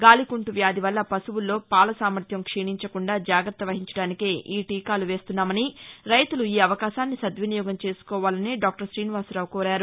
గాలికుంటు వ్యాధి వల్ల పశువుల్లో పాల సామర్యం క్షీణించకుండా జాగ్రత్త వహించడానికే ఈ టీకాలు వేస్తున్నామని రైతులు ఈ అవకాశాన్ని సద్వినియోగం చేసుకోవాలని డాక్టర్ శ్రీనివాసరావు కోరారు